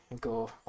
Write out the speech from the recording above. go